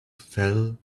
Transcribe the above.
fell